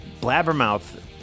Blabbermouth